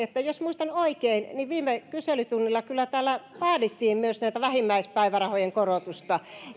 sitä että jos muistan oikein niin viime kyselytunnilla täällä vaadittiin myös näiden vähimmäispäivärahojen korotusta